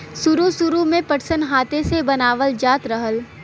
सुरु सुरु में पटसन हाथे से बनावल जात रहल